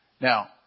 Now